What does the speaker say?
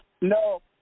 no